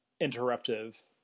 Interruptive